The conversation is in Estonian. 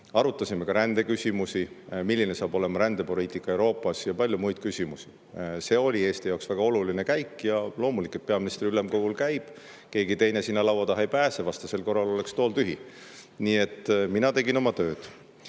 Arutasime ka rändeküsimusi, milline saab olema rändepoliitika Euroopas, ja palju muid küsimusi. See oli Eesti jaoks väga oluline käik ja loomulik, et peaminister ülemkogul käib, keegi teine sinna laua taha ei pääse, vastasel korral oleks tool tühi. Nii et mina tegin oma tööd. Mis